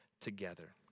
together